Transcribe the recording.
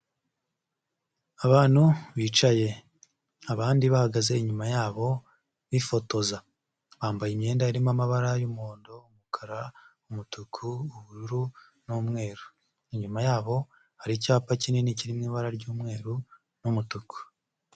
Abantu bicaye, abandi bahagaze inyuma yabo bifotoza. Bambaye imyenda irimo amabara y'umuhondo, umukara, umutuku, ubururu n'umweru, inyuma yabo, hari icyapa kinini kiri mu ibara ry'umweru n'umutuku.